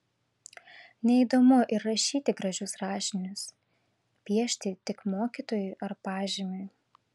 neįdomu ir rašyti gražius rašinius piešti tik mokytojui ar pažymiui